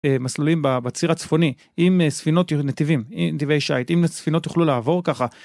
אה, מסלולים ב... בציר הצפוני. אם ספינות, אה, נתיבים. נתיבי שיט. אם ספינות יוכלו לעבור ככה...